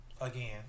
again